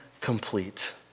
complete